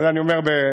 את זה אני אומר בחיוך.